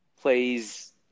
plays